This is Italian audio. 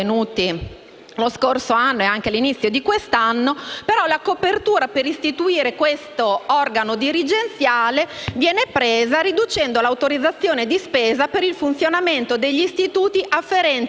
lo scorso anno e anche all'inizio di quest'anno, ma la copertura per istituire questo organo dirigenziale viene individuata riducendo l'autorizzazione di spesa per il funzionamento degli istituti afferenti al settore archivi